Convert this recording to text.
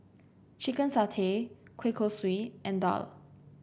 Chicken Satay Kueh Kosui and Daal